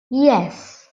yes